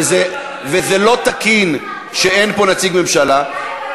וזה לא תקין שאין פה נציג ממשלה.